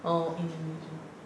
oh indonesian